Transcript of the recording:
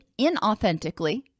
inauthentically